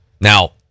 Now